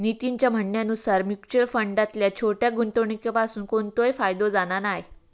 नितीनच्या म्हणण्यानुसार मुच्युअल फंडातल्या छोट्या गुंवणुकीपासून कोणतोय फायदो जाणा नाय